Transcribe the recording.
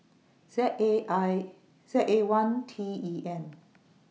Z A I Z A one T E N